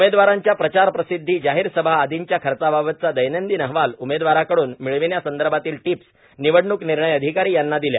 उमेदवारांच्या प्रचार प्रसिद्धी जाहीर सभा आदींच्या खर्चाबाबतचा दैनंदिन अहवाल उमेदवारांकडून मिळविण्यासंदर्भातील टिप्स निवडणूक निर्णय अधिकारी यांना दिल्या